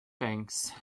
things